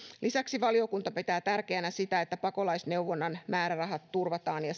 lisäksi valiokunta pitää tärkeänä sitä että pakolaisneuvonnan määrärahat turvataan ja